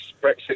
Brexit